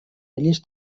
elles